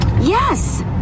Yes